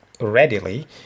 readily